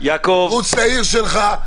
רוץ לעיר שלך,